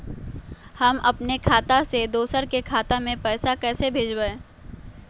हम अपने खाता से दोसर के खाता में पैसा कइसे भेजबै?